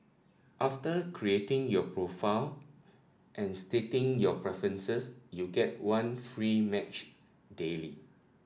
after creating your profile and stating your preferences you get one free match daily